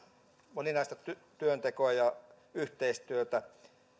moninaista työntekoa ja yhteistyötä